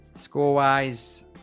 Score-wise